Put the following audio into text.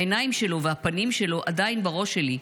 העיניים שלו והפנים שלו עדיין בראש שלי.